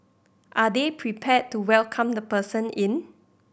are they prepared to welcome the person in